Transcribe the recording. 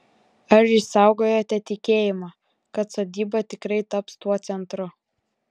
ar išsaugojote tikėjimą kad sodyba tikrai taps tuo centru